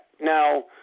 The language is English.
now